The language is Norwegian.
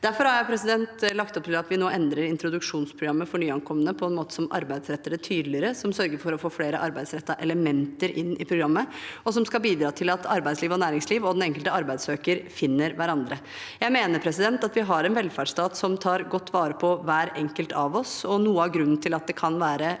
Derfor har jeg lagt opp til at vi nå endrer introduksjonsprogrammet for nyankomne på en måte som arbeidsretter det tydeligere, som sørger for å få flere arbeidsrettede elementer inn i programmet, og som skal bidra til at arbeidsliv og næringsliv og den enkelte arbeidssøker finner hverandre. Jeg mener vi har en velferdsstat som tar godt vare på hver enkelt av oss. Noe av grunnen til at det kan være